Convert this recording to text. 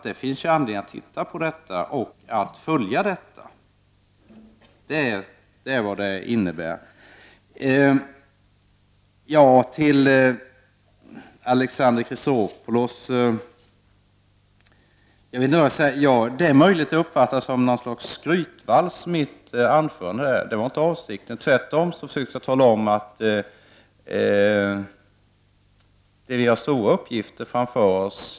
Det finns anledning att titta närmare på detta och följa utvecklingen. Detta är vad det innebär. Till Alexander Chrisopoulos vill jag säga att det är möjligt att mitt anförande kunde uppfattas som något slags skrytvals. Det var inte avsikten. Tvärtom försökte jag tala om att vi har stora uppgifter framför oss.